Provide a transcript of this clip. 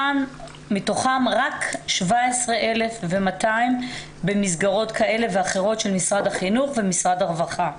מתוכם רק 17,200 במסגרות כאלה ואחרות של משרד החינוך ומשרד הרווחה.